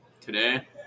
today